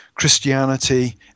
Christianity